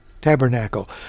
tabernacle